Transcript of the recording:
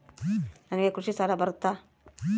ನನಗೆ ಕೃಷಿ ಸಾಲ ಬರುತ್ತಾ?